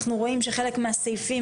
אנחנו רואים שחלק מהסעיפים,